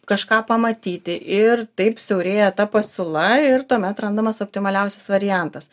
kažką pamatyti ir taip siaurėja ta pasiūla ir tuomet randamas optimaliausias variantas